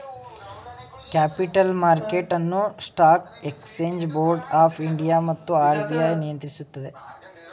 capital market ಅನ್ನು stock exchange board of India ಮತ್ತು RBI ನಿಯಂತ್ರಿಸುತ್ತದೆ